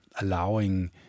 allowing